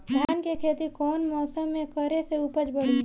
धान के खेती कौन मौसम में करे से उपज बढ़ी?